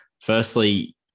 Firstly